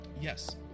yes